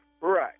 Right